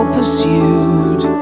pursued